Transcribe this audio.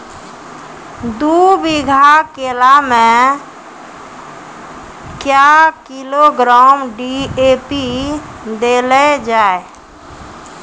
दू बीघा केला मैं क्या किलोग्राम डी.ए.पी देले जाय?